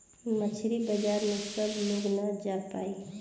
मछरी बाजार में सब लोग ना जा पाई